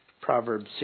Proverbs